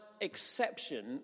exception